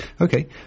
Okay